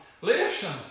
Listen